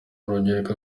urubyiruko